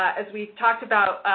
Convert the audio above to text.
as we've talked about,